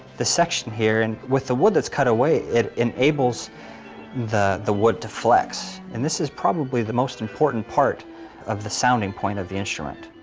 section here and with the wood that's cut away it enables the, the wood to flex, and this is probably the most important part of the sounding point of the instrument.